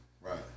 Right